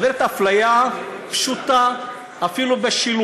היא מדברת על אפליה פשוטה, אפילו בשילוט.